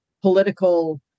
political